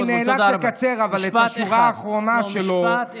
אז אני נאלץ לקצר, משפט אחד.